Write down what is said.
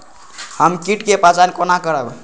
हम कीट के पहचान कोना करब?